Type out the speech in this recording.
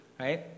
right